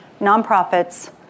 nonprofits